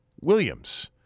Williams